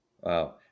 Wow